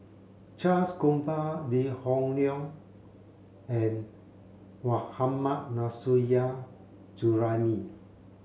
Charles Gamba Lee Hoon Leong and Mohammad Nurrasyid Juraimi